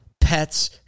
pets